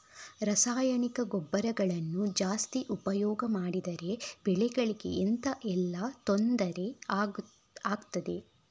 ರಾಸಾಯನಿಕ ಗೊಬ್ಬರಗಳನ್ನು ಜಾಸ್ತಿ ಉಪಯೋಗ ಮಾಡಿದರೆ ಬೆಳೆಗಳಿಗೆ ಎಂತ ಎಲ್ಲಾ ತೊಂದ್ರೆ ಆಗ್ತದೆ?